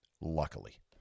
Luckily